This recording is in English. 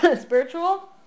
spiritual